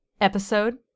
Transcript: episode